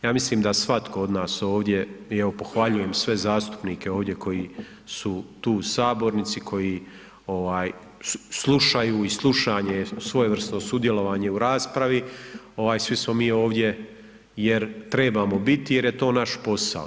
Ja mislim da svatko od nas ovdje i evo pohvaljujem sve zastupnike ovdje koji su tu u sabornici, koji ovaj slušaju i slušanje je svojevrsno sudjelovanje u raspravi ovaj svi smo mi ovdje jer trebamo biti, jer je to naš posao.